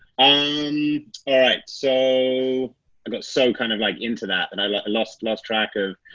um ah so i got, so kind of like into that and i like lost lost track of